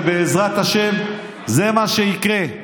בעזרת השם, זה מה שיקרה.